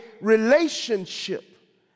relationship